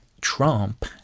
Trump